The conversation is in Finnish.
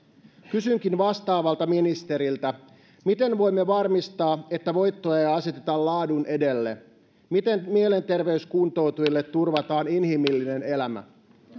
kysynkin vastaavalta ministeriltä miten voimme varmistaa että voittoa ei aseteta laadun edelle miten mielenterveyskuntoutujille turvataan inhimillinen elämä